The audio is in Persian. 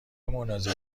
مناظری